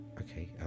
okay